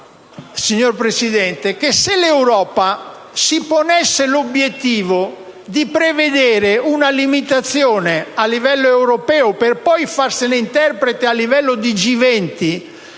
signor Presidente, che se l'Europa si ponesse l'obiettivo di prevedere una limitazione a livello europeo, per poi farsene interprete a livello di G20,